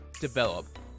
develop